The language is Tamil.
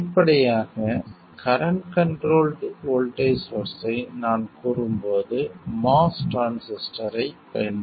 வெளிப்படையாக கரண்ட் கண்ட்ரோல்ட் வோல்ட்டேஜ் சோர்ஸ்ஸை நான் கூறும்போது MOS டிரான்சிஸ்டரைப் பயன்படுத்துகிறேன்